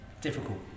difficult